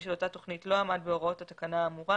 של אותה תוכנית לא עמד בהוראות התקנה האמורה,